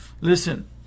Listen